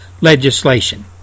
legislation